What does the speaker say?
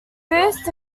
boost